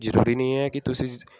ਜ਼ਰੂਰੀ ਨਹੀਂ ਹੈ ਕਿ ਤੁਸੀਂ